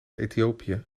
ethiopië